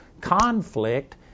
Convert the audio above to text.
conflict